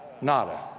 nada